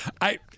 I-